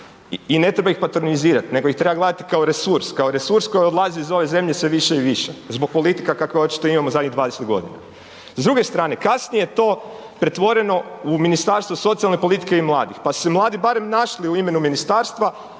I ne treba ih patronizirati nego ih treba gledati kao resurs, kao resurs koji odlazi iz ove zemlje sve više i više zbog politika kakve očito imamo u zadnjih 20 godina. S druge strane, kasnije je to pretvoreno u Ministarstvo socijalne politike i mladih pa su se mladi barem našli u imenu ministarstva,